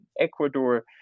Ecuador